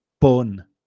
bun